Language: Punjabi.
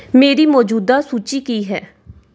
ਮੇਰੀ ਮੌਜੂਦਾ ਸੂਚੀ ਕੀ ਹੈ